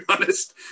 honest